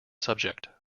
subject